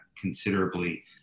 considerably